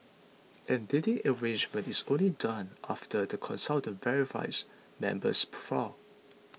and dating arrangement is only done after the consultant verifies member's profile